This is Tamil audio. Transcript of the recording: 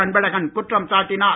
அன்பழகன் குற்றம் சாட்டினார்